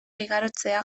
igarotzea